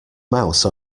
mouse